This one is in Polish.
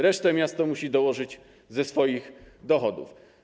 Resztę miasto musi dołożyć ze swoich dochodów.